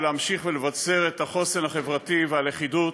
ולהמשיך ולבצר את החוסן החברתי והלכידות,